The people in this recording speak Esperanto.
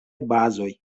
bazoj